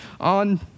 on